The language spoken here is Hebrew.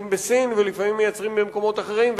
בסין ולפעמים מייצרים במקומות אחרים,